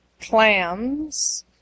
Clams